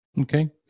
Okay